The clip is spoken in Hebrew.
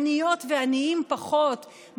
עניות ועניים פחות,